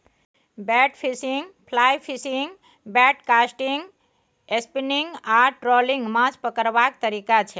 bait fishing, fly fishing, bait casting, spinning आ trolling माछ पकरबाक तरीका छै